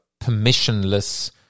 permissionless